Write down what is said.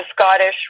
Scottish